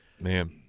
Man